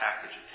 package